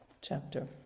chapter